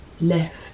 left